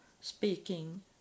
speaking